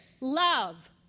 love